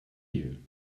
you